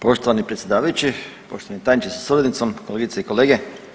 Poštovani predsjedavajući, poštovani tajniče sa suradnicom, kolegice i kolege.